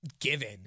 given